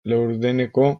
laurdeneko